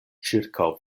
ĉirkaŭ